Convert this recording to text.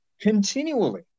continually